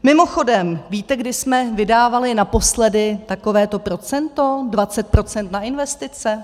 Mimochodem, víte, kdy jsme vydávali naposledy takovéto procento, 20 % na investice?